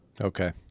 Okay